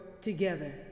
together